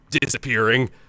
disappearing